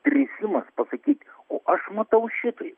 drįsimas pasakyti o aš matau šitai